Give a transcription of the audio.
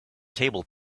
table